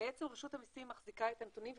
בעצם רשות המיסים מחזיקה את הנתונים ומעבירה,